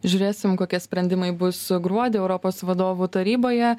žiūrėsim kokie sprendimai bus gruodį europos vadovų taryboje